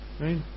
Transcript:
right